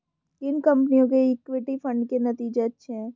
किन कंपनियों के इक्विटी फंड के नतीजे अच्छे हैं?